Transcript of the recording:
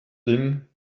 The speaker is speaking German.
ding